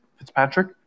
Fitzpatrick